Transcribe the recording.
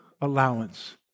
allowance